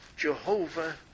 Jehovah